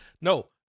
no